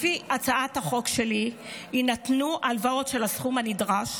לפי הצעת החוק שלי, יינתנו הלוואות של הסכום הנדרש